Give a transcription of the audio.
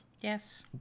Yes